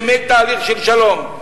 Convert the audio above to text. באמת, תהליך של שלום.